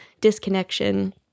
disconnection